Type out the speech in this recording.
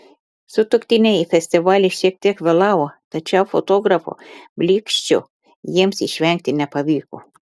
sutuoktiniai į festivalį šiek tiek vėlavo tačiau fotografų blyksčių jiems išvengti nepavyko